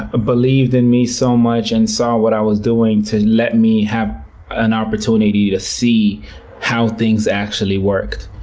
ah believed in me so much, and saw what i was doing, to let me have an opportunity to see how things actually worked.